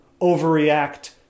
overreact